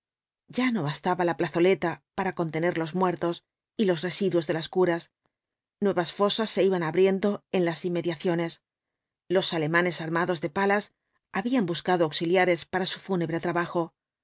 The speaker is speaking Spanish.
ya no bastaba la plazoleta para contener los muertos y los residuos de las curas nuevas fosas se iban abriendo en las inmediaciones los alemanes armados de palas habían buscado auxiliares para su fúnebre trabajo